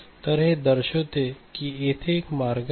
तर हे दर्शविते की येथे एक मार्ग आहे येथे एक मार्ग आहे